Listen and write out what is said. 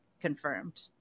confirmed